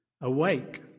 Awake